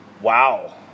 Wow